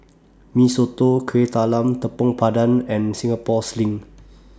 Mee Soto Kuih Talam Tepong Pandan and Singapore Sling